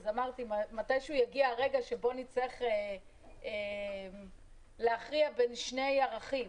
אז אמרתי שמתישהו יגיע הרגע שבו נצטרך להכריע בין שני ערכים.